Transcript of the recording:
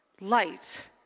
light